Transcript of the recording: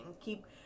Keep